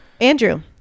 andrew